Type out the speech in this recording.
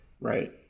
Right